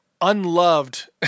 unloved